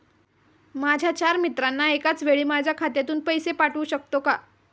माझ्या चार मित्रांना एकाचवेळी माझ्या खात्यातून पैसे पाठवू शकतो का?